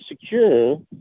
secure